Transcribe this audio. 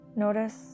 Notice